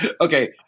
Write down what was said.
Okay